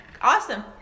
Awesome